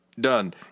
done